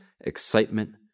excitement